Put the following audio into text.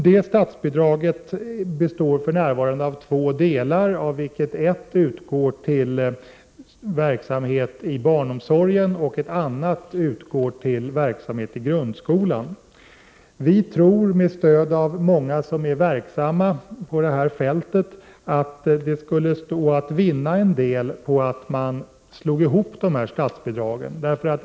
Det statsbidraget består för närvarande av två delar, av vilka en går till verksamhet i barnomsorgen och en annan till verksamhet i grundskolan. Vi tror med stöd av många som är verksamma på detta fält att mycket skulle stå att vinna på att man slog ihop dessa två delar.